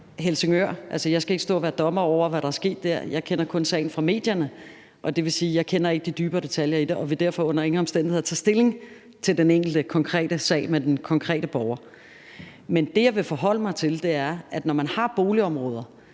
Helsingør. Jeg skal ikke stå og være dommer over, hvad der er sket der. Jeg kender kun sagen fra medierne, og det vil sige, at jeg ikke kender de nærmere detaljer i den og vil derfor under ingen omstændigheder tage stilling til den enkelte konkrete sag med den konkrete borger. Men det, jeg vil forholde mig til, er, at når man har boligområder,